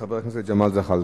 חבר הכנסת ג'מאל זחאלקה.